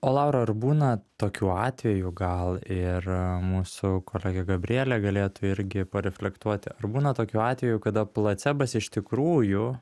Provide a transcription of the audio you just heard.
o laura ar būna tokių atvejų gal ir mūsų kolegė gabrielė galėtų irgi pareflektuoti ar būna tokių atvejų kada placebas iš tikrųjų